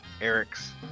eric's